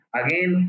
again